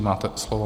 Máte slovo.